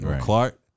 Clark